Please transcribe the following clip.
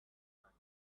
planet